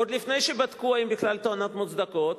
עוד לפני שבדקו אם בכלל הטענות מוצדקות,